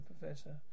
Professor